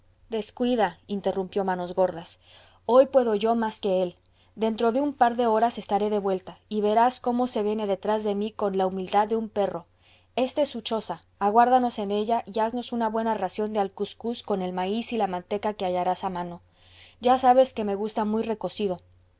descuida interrumpió manos gordas hoy puedo yo más que él dentro de un par de horas estaré de vuelta y verás cómo se viene detrás de mí con la humildad de un perro esta es su choza aguárdanos en ella y haznos una buena ración de alcuzcuz con el maíz y la manteca que hallarás a mano ya sabes que me gusta muy recocido